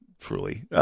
truly—